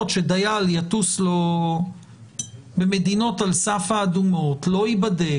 שדייל יטוס במדינות על סף האדומות ולא ייבדק.